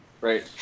Right